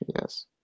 Yes